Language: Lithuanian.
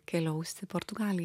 keliaus į portugaliją